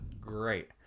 Great